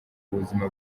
ubuzima